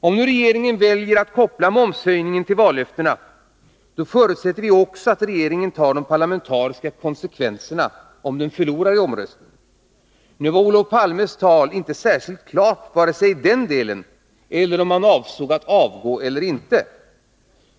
Om nu regeringen väljer att koppla momshöjningen till vallöftena, förutsätter vi också att regeringen tar de parlamentariska konsekvenserna om den förlorar i omröstningen. Olof Palmes tal var inte särskilt klart på den punkten.